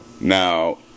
Now